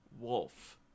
wolf